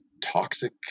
toxic